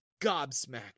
gobsmacked